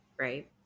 right